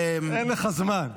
אין לך זמן.